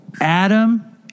Adam